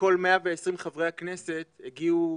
ומכל 120 חברי הכנסת הגיעו